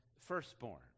firstborn